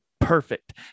perfect